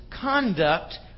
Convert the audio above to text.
conduct